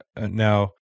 now